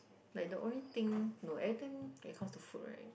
like the only thing no every time when it comes to food right